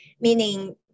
meaning